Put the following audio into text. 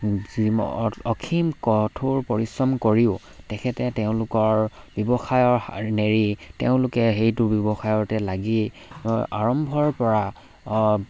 যি অসীম কঠোৰ পৰিশ্ৰম কৰিও তেখেতে তেওঁলোকৰ ব্যৱসায়ৰ নেৰি তেওঁলোকে সেইটো ব্যৱসায়তে লাগি আৰম্ভৰ পৰা